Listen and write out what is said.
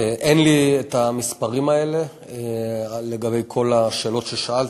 אין לי את המספרים האלה לגבי כל השאלות ששאלת.